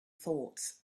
thought